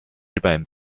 日本